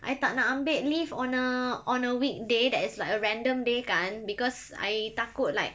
I tak nak ambil leave on a on a weekday that is like a random day kan because I takut like